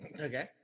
Okay